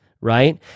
right